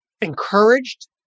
encouraged